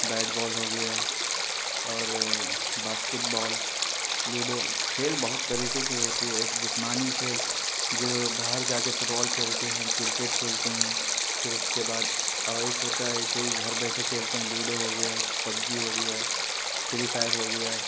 bat ball ہو گیا اور باسکٹ بال لوڈو کھیل بہت طریقے کی ہوتی ہے ایک جسمانی کھیل جو باہر جا کے فٹ بال کھیلتے ہیں کرکٹ کھیلتے ہیں پھر اس کے بعد اور ایک ہوتا ہے ایسے ہی گھر بیٹھے کھیلتے ہیں لوڈو ہو گیا پب جی ہو گیا فری فائر ہو گیا